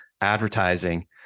advertising